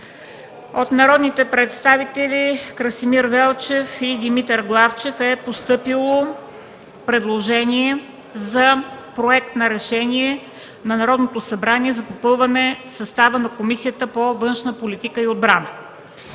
От народните представители Красимир Велчев и Димитър Главчев е постъпило предложение – Проект за решение на Народното събрание за попълване състава на Комисията по външна политика и отбрана.